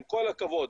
עם כל הכבוד,